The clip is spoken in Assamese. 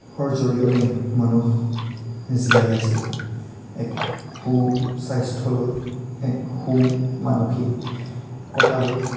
হৰ জৰিয়তে মানুহ জীয়াই আছে এক সু স্বাস্থ্য লৈ এক সু মানসিকতালৈ